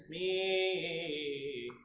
e